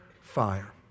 fire